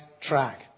track